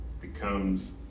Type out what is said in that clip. becomes